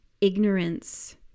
ignorance